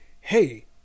hey